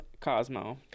Cosmo